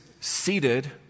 seated